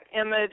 image